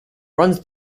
runs